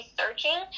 searching